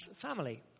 family